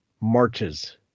marches